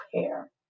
care